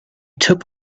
took